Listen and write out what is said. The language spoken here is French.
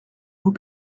vous